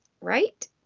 right